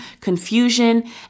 confusion